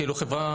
כמו שכבודו אמר,